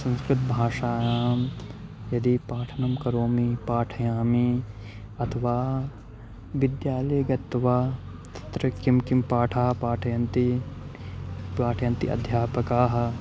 संस्कृतभाषां यदि पाठनं करोमि पाठयामि अथवा विद्यालये गत्वा तत्र कं कं पाठं पाठयन्ति पाठयन्ति अध्यापकाः